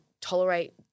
tolerate